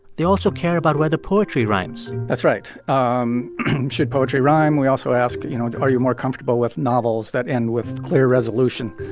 they also care about whether poetry rhymes that's right. um should poetry rhyme? we also ask, you know, are you more comfortable with novels that end with clear resolution,